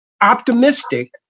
optimistic